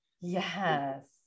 Yes